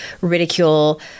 ridicule